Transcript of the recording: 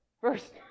First